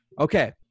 Okay